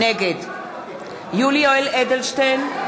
נגד יולי יואל אדלשטיין,